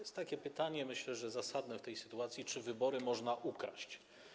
Jest takie pytanie, myślę, że zasadne w tej sytuacji: Czy wybory można ukraść?